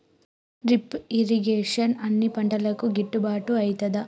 Drip irrigation అన్ని పంటలకు గిట్టుబాటు ఐతదా?